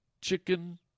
chicken